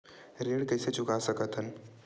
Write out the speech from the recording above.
ऋण कइसे चुका सकत हन?